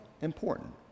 important